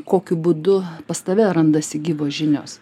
kokiu būdu pas tave randasi gyvos žinios